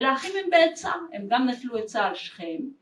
‫לאחים הם בעצה, ‫הם גם נפלו בעצה על שכם.